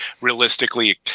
realistically